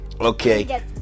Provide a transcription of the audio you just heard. Okay